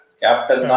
captain